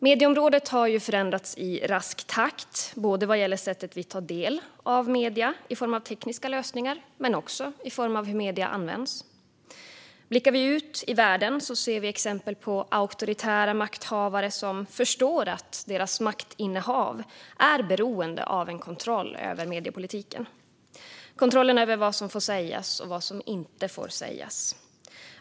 Medieområdet har förändrats i rask takt både vad gäller sättet vi tar del av media på i form av tekniska lösningar och vad gäller hur media används. Blickar vi ut i världen ser vi exempel på auktoritära makthavare som förstår att deras maktinnehav är beroende av en kontroll över mediepolitiken - kontrollen över vad som får sägas och vad som inte får sägas.